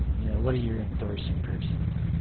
you know what are you endorsing personally?